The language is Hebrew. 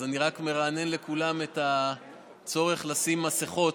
אז אני רק מרענן לכולם את הצורך לשים מסכות,